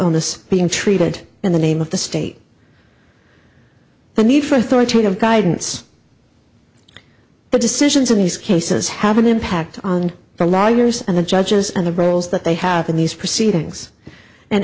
illness being treated in the name of the state the need for authoritative guidance but decisions in these cases have an impact on the lawyers and the judges and the roles that they have in these proceedings and